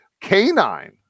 canine